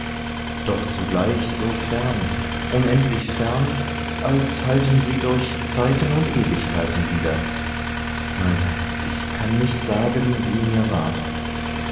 doch zugleich so fern unendlich fern als hallten sie durch zeiten und ewigkeiten wider nein ich kann nicht sagen wie mir ward